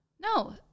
No